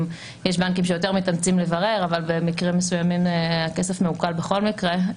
יש בנקים שיותר מתאמצים לברר אבל במקרים מסוימים הכסף מעוקל בכל מקרה.